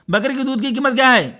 बकरी की दूध की कीमत क्या है?